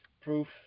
proof